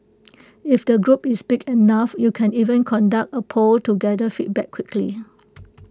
if the group is big enough you can even conduct A poll to gather feedback quickly